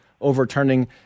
overturning